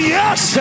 yes